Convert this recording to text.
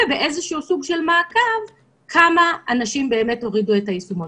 באיזשהו סוג של מעקב כמה אנשים באמת הורידו את היישומון.